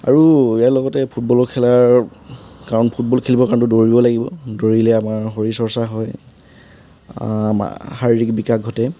আৰু ইয়াৰ লগতে ফুটবলো খেলাৰ কাৰণ ফুটবল খেলিব কাৰণেতো দৌৰিব লাগিব আমাৰ শৰীৰ চৰ্চা হয় শাৰিৰীক বিকাশ ঘটে